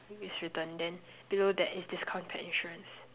is written below that is discount pet insurance